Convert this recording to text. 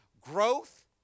Growth